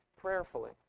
prayerfully